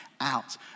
out